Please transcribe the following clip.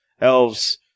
elves